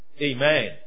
amen